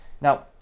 Now